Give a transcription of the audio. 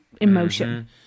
emotion